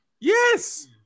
yes